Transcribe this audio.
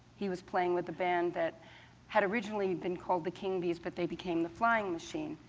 he was playing with the band that had originally been called the king bees, but they became the flying machine.